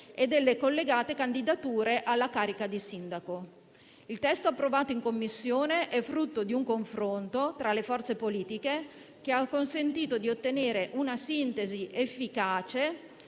e delle collegate candidature alla carica di sindaco. Il testo approvato in Commissione è frutto di un confronto tra le forze politiche che ha consentito di ottenere una sintesi efficace